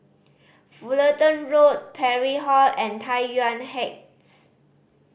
Fullerton Road Parry Hall and Tai Yuan Heights